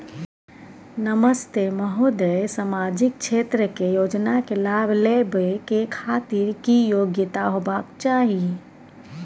नमस्ते महोदय, सामाजिक क्षेत्र के योजना के लाभ लेबै के खातिर की योग्यता होबाक चाही?